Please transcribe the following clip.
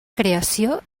creació